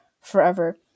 forever